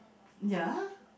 ya